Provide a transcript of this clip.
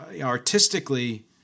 artistically